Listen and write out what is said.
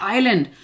Island